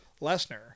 Lesnar